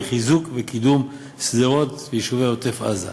חיזוק וקידום שדרות ויישובי-עוטף עזה.